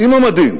עם המדים,